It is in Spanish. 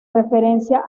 referencia